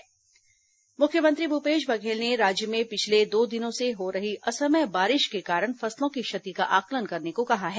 मुख्यमंत्री फसल सर्वे मुख्यमंत्री भूपेश बघेल ने राज्य में पिछले दो दिनों से हो रही असमय बारिश के कारण फसलों की क्षति का आंकलन करने को कहा है